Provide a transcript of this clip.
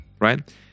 right